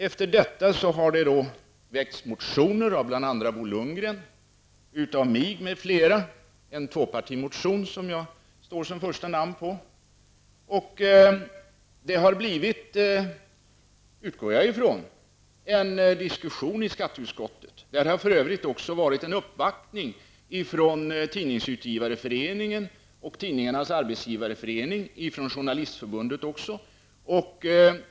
Efter detta har det väckts motioner, bl.a. av Bo Lundgren och av mig m.fl. -- en tvåpartimotion där jag står som första namn. Det har blivit -- utgår jag ifrån -- en diskussion i skatteutskottet. Där har det för övrigt också varit en uppvaktning från Journalistförbundet.